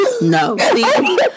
no